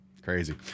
crazy